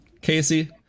Casey